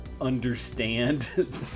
understand